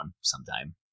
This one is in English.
sometime